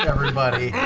everybody.